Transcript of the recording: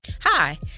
Hi